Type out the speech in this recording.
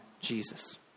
Jesus